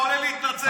אתה עולה להתנצל?